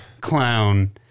clown